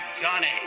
johnny